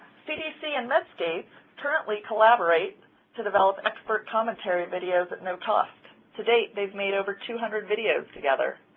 cdc and medscape currently collaborate to develop expert commentary videos no cost. to date, they've made over two hundred videos together.